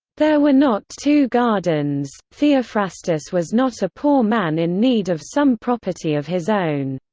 there were not two gardens theophrastus was not a poor man in need of some property of his own.